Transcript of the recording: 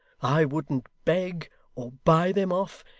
i wouldn't beg or buy them off,